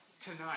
tonight